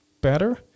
better